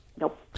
Nope